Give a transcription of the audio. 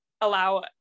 allow